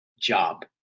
job